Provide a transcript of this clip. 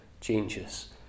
changes